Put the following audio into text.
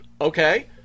Okay